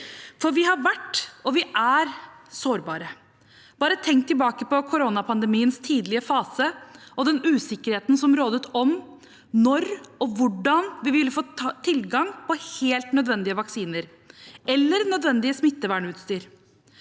for vi har vært og er sårbare. Tenk bare tilbake på koronapandemiens tidlige fase og den usikkerheten som rådde om, når og hvordan vi ville få tilgang på helt nødvendige vaksiner eller nødvendig smittevernutstyr.